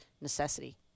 necessity